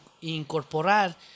incorporar